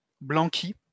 Blanqui